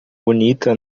bonita